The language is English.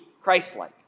Christ-like